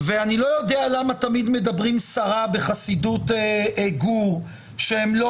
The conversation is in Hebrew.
ואני לא יודע למה תמיד מדברים סרה בחסידות גור שהם לא